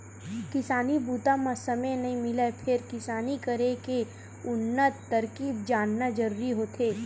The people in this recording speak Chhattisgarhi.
किसानी बूता म समे नइ मिलय फेर किसानी करे के उन्नत तरकीब जानना जरूरी होथे